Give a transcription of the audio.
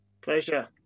pleasure